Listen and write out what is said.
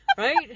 right